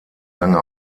lange